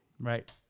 Right